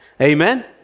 Amen